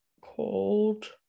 called